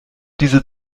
diese